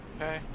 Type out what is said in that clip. Okay